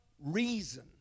reason